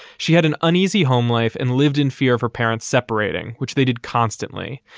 she had an uneasy home life and lived in fear of her parents separating, which they did constantly.